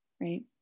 right